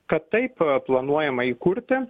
kad taip planuojama įkurti